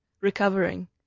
Recovering